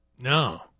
No